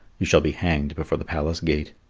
you shall be hanged before the palace gate.